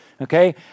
Okay